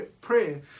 prayer